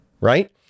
right